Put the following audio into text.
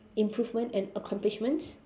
improvement and accomplishments